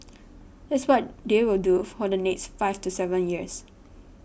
that's what they will do for the next five to seven years